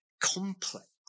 complex